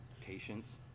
patience